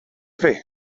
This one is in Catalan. fer